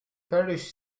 parish